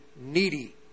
needy